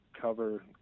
cover